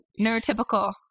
neurotypical